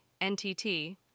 NTT